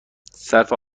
صرف